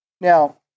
Now